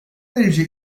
derece